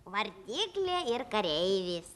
vartiklė ir kareivis